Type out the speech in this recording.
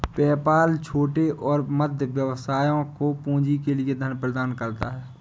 PayPal छोटे और मध्यम व्यवसायों को पूंजी के लिए धन प्रदान करता है